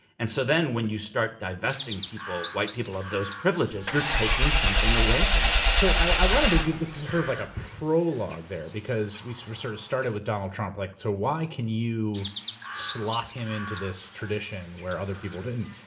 and so then when you start divesting white people of those privileges, you're taking something away from them. so i wanted to do. this is sort of like a prologue there, because we sort of sort of started with donald trump. like so why can you slot him into this tradition where other people didn't.